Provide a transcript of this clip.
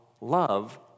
love